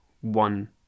one